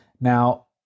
Now